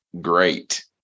great